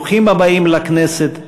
ברוכים הבאים לכנסת,